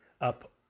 up